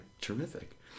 terrific